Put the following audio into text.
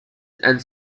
and